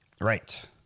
Right